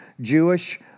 Jewish